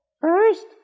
First